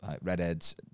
redheads